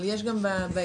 אבל יש גם באינטרנט,